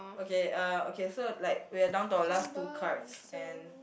okay uh okay so like we're down to our last two cards and